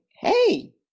hey